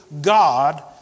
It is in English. God